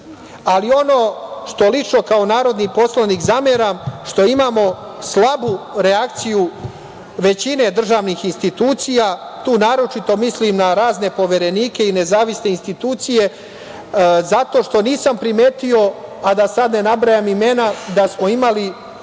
Srbije. Ono što lično kao narodni poslanik zameram, što imamo slabu reakciju većine državnih institucija. Tu naročito mislim na razne poverenike i nezavisne institucije, zato što nisam primetio, a da sad ne nabrajam imena, da smo imali